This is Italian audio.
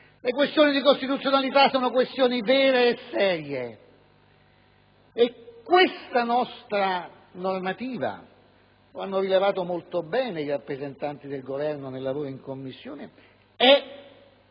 Le questioni di costituzionalità sono questioni vere e serie e la nostra normativa, lo hanno rilevato molto bene i rappresentanti del Governo nel lavoro in Commissione, è